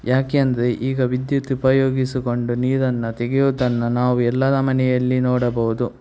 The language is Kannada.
ಯಾಕೆಂದರೆ ಈಗ ವಿದ್ಯುತ್ ಉಪಯೋಗಿಸಿಕೊಂಡು ನೀರನ್ನು ತೆಗ್ಯೋದನ್ನು ನಾವು ಎಲ್ಲರ ಮನೆಯಲ್ಲಿ ನೋಡಬಹುದು